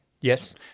Yes